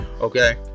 Okay